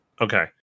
Okay